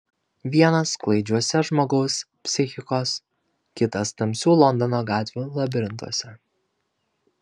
vienas klaidžiuose žmogaus psichikos kitas tamsių londono gatvių labirintuose